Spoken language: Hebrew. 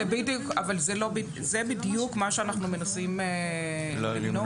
זה בדיוק מה שאנחנו מנסים למנוע.